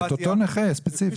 את אותו נכה ספציפית.